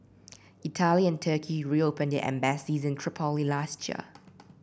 Italy and Turkey reopened their embassies in Tripoli last year